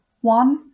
one